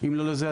אם לא לזה,